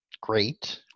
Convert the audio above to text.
great